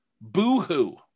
Boo-hoo